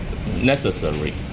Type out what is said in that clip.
necessary